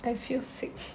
I feel sick